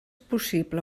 possible